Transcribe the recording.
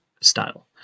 style